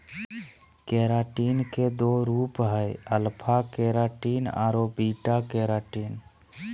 keratin के दो रूप हइ, अल्फा केराटिन आरो बीटा केराटिन